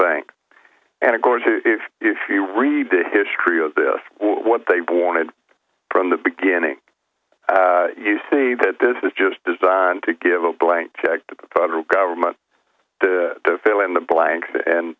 think and of course if you read the history of this what they wanted from the beginning you see that this is just designed to give a blank check to the federal government to fill in the blank and